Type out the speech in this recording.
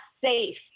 safe